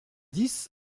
dix